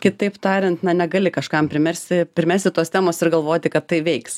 kitaip tariant na negali kažkam primersi primesti tos temos ir galvoti kad tai veiks